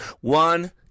one